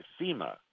FEMA